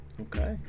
Okay